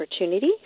opportunity